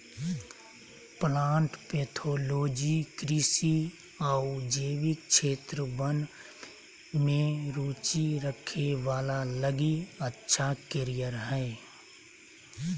plant pathology कृषि आऊ जैविक क्षेत्र वन में रुचि रखे वाला लगी अच्छा कैरियर हइ